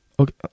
Okay